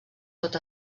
tot